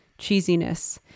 cheesiness